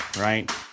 right